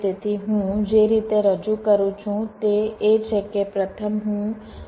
તેથી હું જે રીતે રજૂ કરું છું તે એ છે કે પ્રથમ હું આ ઊભા કટનો ઉપયોગ કરું છું